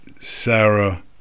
Sarah